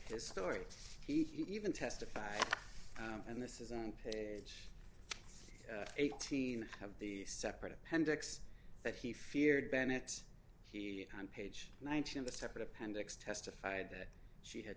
his story he even testified and this is on page eighteen have the separate appendix that he feared bennett he on page nineteen of the separate appendix testified that she had